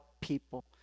people